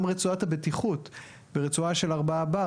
גם רצועת הבטיחות ברצועה של 4 בר,